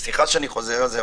סליחה שאני חוזר על זה,